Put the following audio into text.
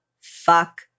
fuck